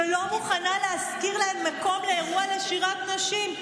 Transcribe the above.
שלא מוכנה להשכיר להם מקום לאירוע לשירת נשים.